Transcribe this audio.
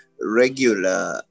regular